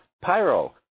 Pyro